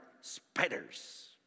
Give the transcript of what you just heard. spiders